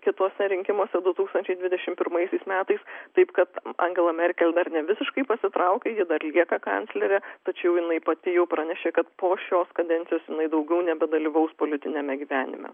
kituose rinkimuose du tūkstančiai dvidešimt pirmaisiais metais taip kad angela merkel dar ne visiškai pasitraukė ji dar lieka kanclere tačiau jinai pati jau pranešė kad po šios kadencijos jinai daugiau nebedalyvaus politiniame gyvenime